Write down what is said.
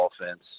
offense